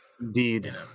Indeed